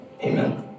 Amen